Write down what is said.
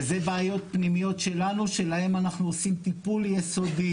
וזה בעיות פנימיות שלנו שלהן אנחנו עושים טיפול יסודי.